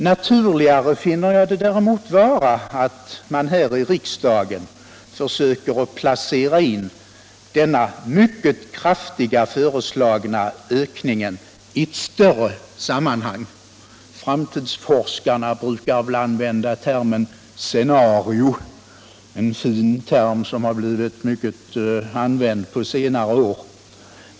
Naturligt finner jag det däremot vara att man här i riksdagen försöker placera in den föreslagna mycket kraftiga ökningen i ett större samman hang. Framtidsforskarna brukar använda termen scenario, en fin term som har blivit mycket vanlig på senare år.